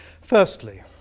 Firstly